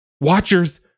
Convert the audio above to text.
Watchers